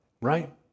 right